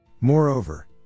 Moreover